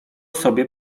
sobie